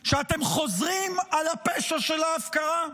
שאתם חוזרים על הפשע של ההפקרה?